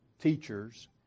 teachers